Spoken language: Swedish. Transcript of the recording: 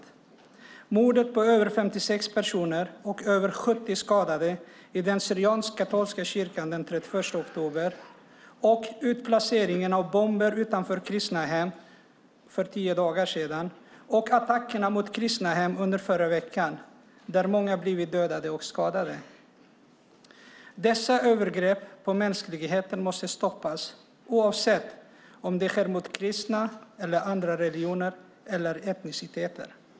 Det gäller mordet på över 56 personer med över 70 skadade i den syriansk-katolska kyrkan den 31 oktober, utplaceringen av bomber utanför kristna hem för tio dagar sedan och attackerna mot kristna förra veckan där många blivit dödade och skadade. Dessa övergrepp måste stoppas oavsett om de sker mot kristna eller människor av andra religioner eller etniciteter.